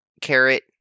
carrot